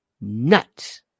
nuts